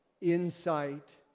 Insight